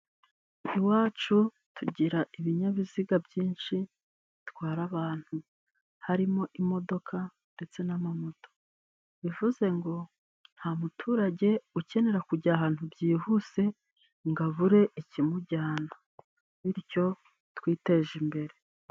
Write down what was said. Iwacu tugira ibinyabiziga byinshi bitwara abantu harimo imodoka ndetse n'amamoto, bivuze ngo nta muturage ukenera kujya ahantu byihuse ngo abure ikimujyana bityo twiteje imbere.